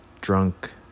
drunk